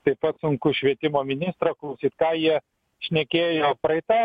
taip pat sunku švietimo ministro klausyt ką jie šnekėjo praeitam